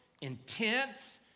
intense